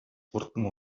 хурдан